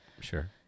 sure